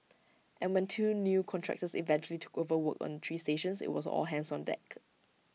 and when two new contractors eventually took over work on three stations IT was all hands on deck